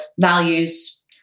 values